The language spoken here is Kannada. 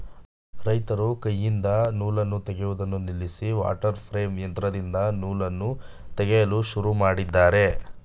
ರೈತರು ಕೈಯಿಂದ ನೂಲನ್ನು ತೆಗೆಯುವುದನ್ನು ನಿಲ್ಲಿಸಿ ವಾಟರ್ ಪ್ರೇಮ್ ಯಂತ್ರದಿಂದ ನೂಲು ತೆಗೆಯಲು ಶುರು ಮಾಡಿದ್ದಾರೆ